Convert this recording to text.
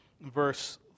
verse